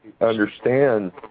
understand